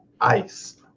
ice